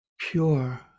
Pure